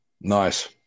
nice